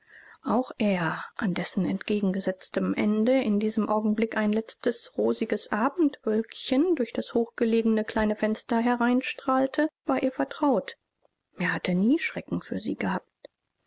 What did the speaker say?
auch er an dessen entgegengesetztem ende in diesem augenblick ein letztes rosiges abendwölkchen durch das hochgelegene kleine fenster hereinstrahlte war ihr vertraut er hatte nie schrecken für sie gehabt